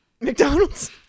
McDonald's